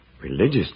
Religious